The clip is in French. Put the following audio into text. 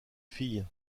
fille